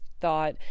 thought